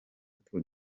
tour